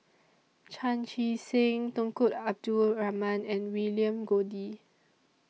Chan Chee Seng Tunku Abdul Rahman and William Goode